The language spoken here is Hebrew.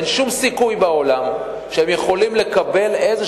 ואין שום סיכוי שבעולם שהם יוכלו לעשות איזה